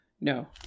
no